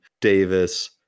Davis